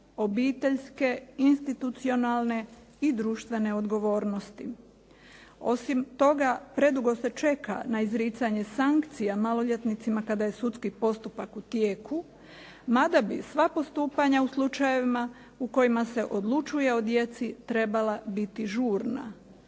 obiteljske, institucionalne i društvene odgovornosti. Osim toga, predugo se čeka na izricanje sankcija maloljetnicima kada je sudski postupak u tijeku, mada bi sva postupanja u slučajevima u kojima se odlučuje o djeci trebala biti žurna.